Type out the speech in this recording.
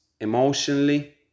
emotionally